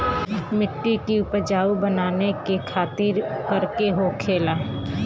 मिट्टी की उपजाऊ बनाने के खातिर का करके होखेला?